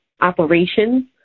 operations